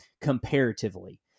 comparatively